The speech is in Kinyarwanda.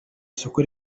isoko